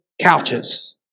couches